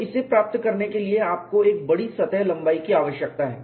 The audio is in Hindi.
तो इसे प्राप्त करने के लिए आपको एक बड़ी सतह लंबाई की आवश्यकता है